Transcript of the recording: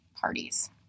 parties